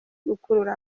ukurura